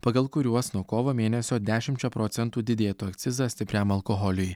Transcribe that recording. pagal kuriuos nuo kovo mėnesio dešimčia procentų didėtų akcizas stipriam alkoholiui